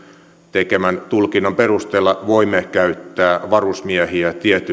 tekemän tulkinnan perusteella voimme käyttää varusmiehiä tietyn